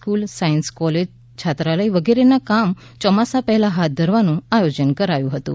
સ્ફૂલ science college છાત્રાલય વગેરેના કામ ચોમાસા પહેલાં હાથ ધરવાનું આયોજન કરાયું હતું